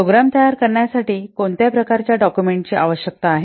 programme तयार करण्यासाठी कोणत्या प्रकारच्या डाक्युमेंटची आवश्यकता आहे